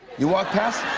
you walked past